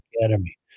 academy